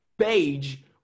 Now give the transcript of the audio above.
page